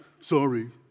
sorry